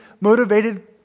motivated